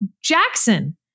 Jackson